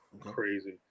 Crazy